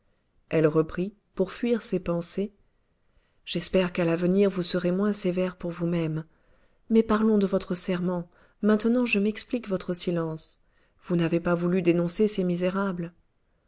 elle reprit pour fuir ces pensées j'espère qu'à l'avenir vous serez moins sévère pour vous-même mais parlons de votre serment maintenant je m'explique votre silence vous n'avez pas voulu dénoncer ces misérables